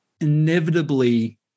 inevitably